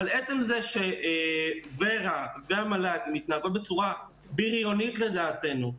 אבל עצם זה שור"ה והמל"ג מתנהגות בצורה בריונית לדעתנו,